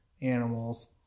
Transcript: animals